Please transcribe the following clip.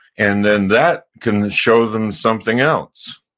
and then that can show them something else.